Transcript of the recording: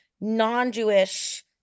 non-Jewish